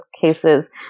cases